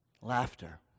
Laughter